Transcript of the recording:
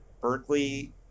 Berkeley